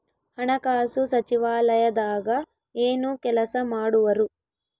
ಹಣಕಾಸು ಸಚಿವಾಲಯದಾಗ ಏನು ಕೆಲಸ ಮಾಡುವರು?